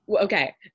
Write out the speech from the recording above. Okay